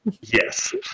Yes